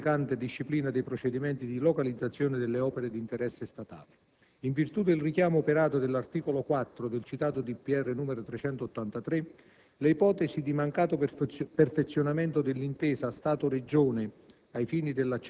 ("Regolamento recante disciplina dei procedimenti di localizzazione delle opere di interesse statale). In virtù del richiamo operato dall'articolo 4 del citato decreto n. 383, le ipotesi di mancato perfezionamento dell'intesa Stato-Regione